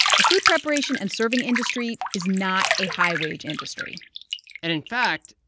the food preparation and serving industry is not a high-wage industry and in fact,